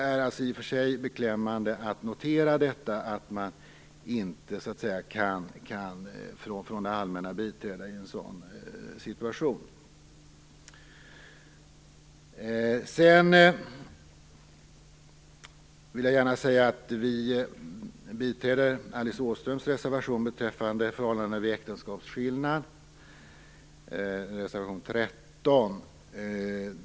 Det är beklämmande att notera att man inte från det allmänna kan biträda i en sådan situation.